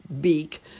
beak